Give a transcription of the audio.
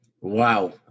Wow